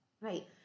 right